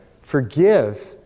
Forgive